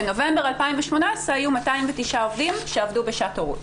בנובמבר 2018 היו 209 עובדים שעבדו בשעת הורות.